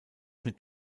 mit